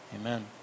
amen